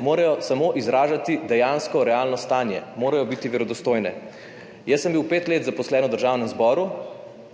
morajo samo izražati dejansko, realno stanje, morajo biti verodostojne. Jaz sem bil pet let zaposlen v Državnem zboru